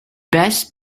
best